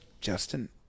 Justin